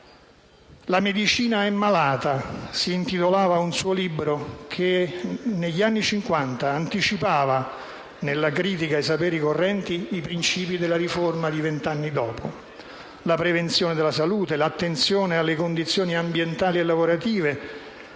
«La medicina è malata» si intitolava un suo libro, che negli anni Cinquanta anticipava, nella critica ai saperi correnti, i principi della riforma di vent'anni dopo: la prevenzione della salute, l'attenzione alle condizioni ambientali e lavorative,